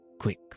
quick